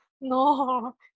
No